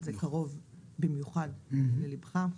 זה קרוב במיוחד לליבך.